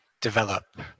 develop